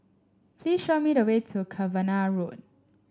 please show me the way to Cavenagh Road